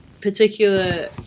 particular